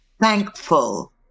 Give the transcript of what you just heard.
thankful